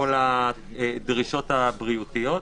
כל הדרישות הבריאותיות.